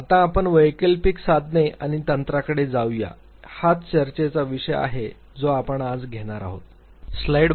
आता आपण वैकल्पिक साधने आणि तंत्राकडे जाऊया हीच चर्चेचा विषय आहे जी आपण आज घेणार आहोत